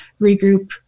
regroup